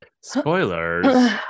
spoilers